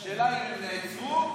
השאלה: אם הם נאלצו,